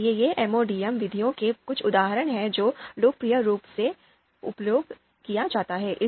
इसलिए ये MODM विधियों के कुछ उदाहरण हैं जो लोकप्रिय रूप से उपयोग किए जाते हैं